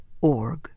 org